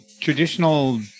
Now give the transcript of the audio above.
traditional